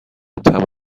تمبر